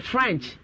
French